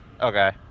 Okay